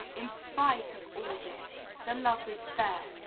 in spite of all this, the love is there.